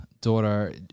daughter